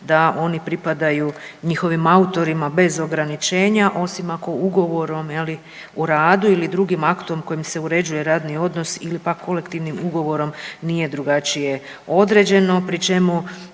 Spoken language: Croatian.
da oni pripadaju njihovim autorima bez ograničenja osim ako ugovorom je li o radu ili drugim aktom kojim se uređuje radni odnos ili pak kolektivnim ugovorom nije drugačije određeno, pri čemu,